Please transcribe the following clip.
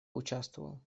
участвовал